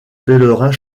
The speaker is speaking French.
pèlerins